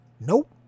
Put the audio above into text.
Nope